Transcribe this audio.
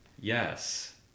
yes